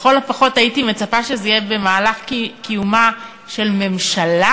לכל הפחות הייתי מצפה שזה יהיה במהלך קיומה של ממשלה,